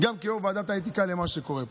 גם כיו"ר ועדת האתיקה, למה שקורה פה.